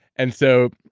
and so,